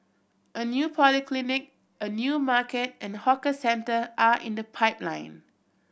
a new polyclinic a new market and hawker centre are in the pipeline